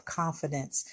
confidence